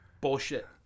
Bullshit